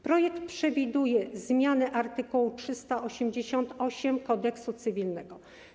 Projekt przewiduje zmianę art. 388 Kodeksu cywilnego.